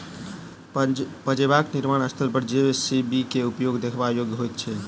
पजेबाक निर्माण स्थल पर जे.सी.बी के उपयोग देखबा योग्य होइत छै